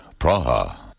Praha